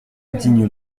digne